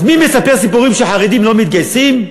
אז מי מספר סיפורים שהחרדים לא מתגייסים?